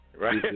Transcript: Right